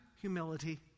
humility